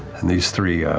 and these three